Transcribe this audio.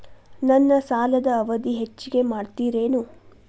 ನನ್ನ ಸಾಲದ ಅವಧಿ ಹೆಚ್ಚಿಗೆ ಮಾಡ್ತಿರೇನು?